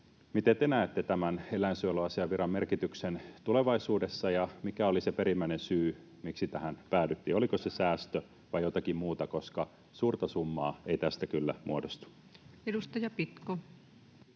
Miten te näette tämän eläinsuojeluasiamiehen viran merkityksen tulevaisuudessa? Mikä oli se perimmäinen syy, miksi tähän päädyttiin? Oliko se säästö vai jotakin muuta, koska suurta summaa ei tästä kyllä muodostu? [Speech 464]